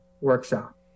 workshop